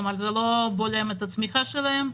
כלומר זה לא בולם את הצמיחה שלהן,